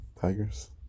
Tigers